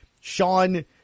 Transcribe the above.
Sean –